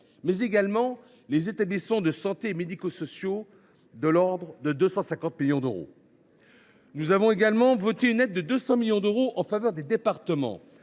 mais également les établissements de santé et médico sociaux d’environ 250 millions d’euros. Nous avons aussi voté une aide de 200 millions d’euros en faveur des départements,